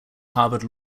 harvard